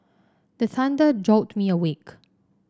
the thunder jolt me awake